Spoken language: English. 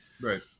Right